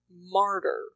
martyr